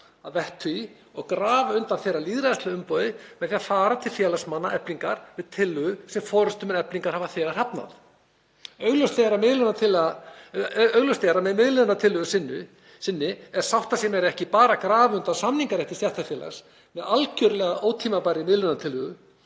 að vettugi og grafa undan þeirra lýðræðislega umboði með því að fara til félagsmanna Eflingar með tillögu sem forystumenn Eflingar hafa þegar hafnað? Augljóst er að með miðlunartillögu sinni er sáttasemjari ekki bara að grafa undan samningarétti stéttarfélags með algerlega ótímabærri miðlunartillögu